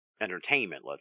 entertainment